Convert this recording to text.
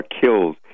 killed